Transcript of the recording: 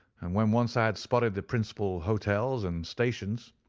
and when once i had spotted the principal hotels and stations,